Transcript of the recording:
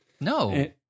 No